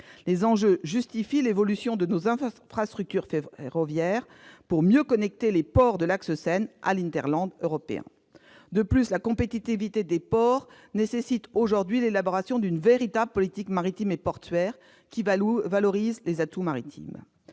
Les enjeux justifient l'évolution de nos infrastructures ferroviaires pour mieux connecter les ports de l'axe Seine à l'européen. De plus, la compétitivité des ports nécessite aujourd'hui l'élaboration d'une véritable politique maritime et portuaire qui valorise les atouts maritimes.